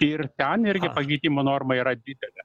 ir ten irgi pakeitimo norma yra didelė